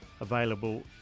available